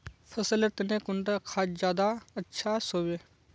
फसल लेर तने कुंडा खाद ज्यादा अच्छा सोबे?